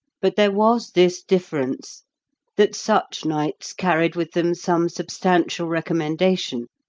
but there was this difference that such knights carried with them some substantial recommendation,